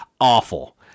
Awful